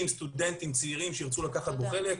סטודנטים וצעירים שירצו לקחת בו חלק.